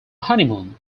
honeymoon